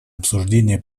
обсуждение